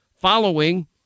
following